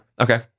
Okay